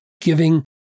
giving